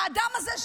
האדם הזה,